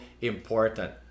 important